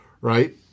Right